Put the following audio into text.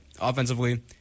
Offensively